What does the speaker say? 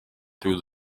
through